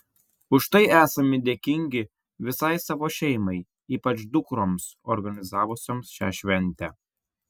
už tai esami dėkingi visai savo šeimai ypač dukroms organizavusioms šią šventę